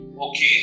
Okay